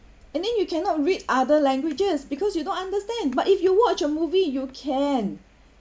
and then you cannot read other languages because you don't understand but if you watch a movie you can